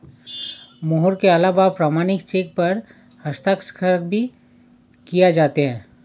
मोहर के अलावा प्रमाणिक चेक पर हस्ताक्षर भी किये जाते हैं